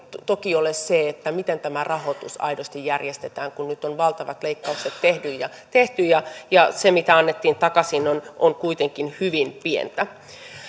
toki ole se miten tämä rahoitus aidosti järjestetään kun nyt on valtavat leikkaukset tehty ja ja se mitä annettiin takaisin on kuitenkin hyvin pientä